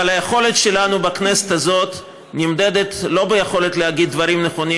אבל היכולת שלנו בכנסת הזאת נמדדת לא ביכולת להגיד דברים נכונים